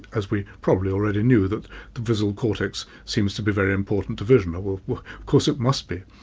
as we probably already knew, that the visual cortex seems to be very important to vision. of of course it must be.